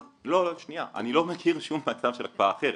אני לא מכיר שוב מצב של הקפאה אחרת.